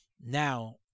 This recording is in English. now